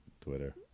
Twitter